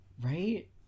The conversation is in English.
right